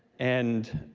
and